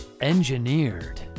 Engineered